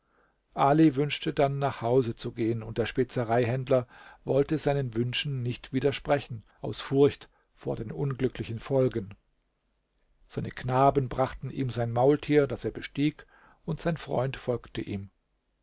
ali wünschte dann nach hause zu gehen und der spezereihändler wollte seinen wünschen nicht widersprechen aus furcht von den unglücklichen folgen seine knaben brachten ihm sein maultier das er bestieg und sein freund folgte ihm